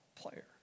player